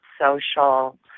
social